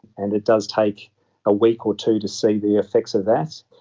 and it does take a week or two to see the effects of that.